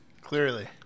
clearly